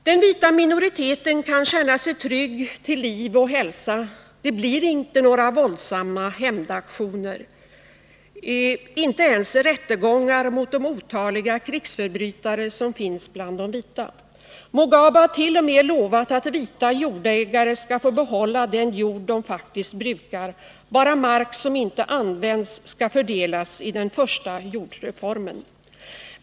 Den vita minoriteten kan känna sig trygg till liv och hälsa — det blir inte några våldsamma hämndaktioner, inte ens rättegångar mot de otaliga krigsförbrytare som finns bland de vita. Mugabe har t.o.m. lovat att vita jordägare skall få behålla den jord de faktiskt brukar. Bara mark som inte används skall fördelas i den första jordreformen.